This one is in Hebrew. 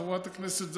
חברת הכנסת זנדברג,